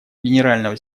генерального